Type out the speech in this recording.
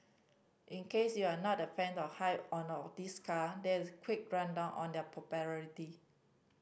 in case you're not a fan of high or not this car there is quick rundown on their popularity